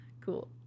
Cool